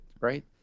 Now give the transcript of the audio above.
right